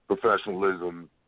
professionalism